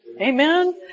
Amen